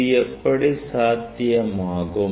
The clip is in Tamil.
இது எப்படி சாத்தியமாகும்